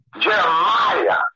Jeremiah